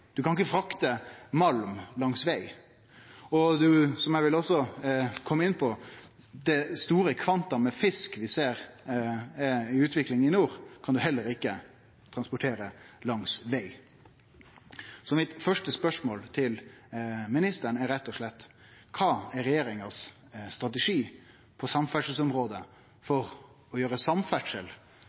kan ikkje frakte malm langs veg. Og – som eg også vil kome inn på – det store kvantumet med fisk, som vi ser ei utvikling av i nord, kan ein heller ikkje transportere langs veg. Så mitt første spørsmål til ministeren er rett og slett: Kva er regjeringas strategi på samferdselsområdet for å gjere samferdsel